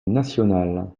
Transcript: nationale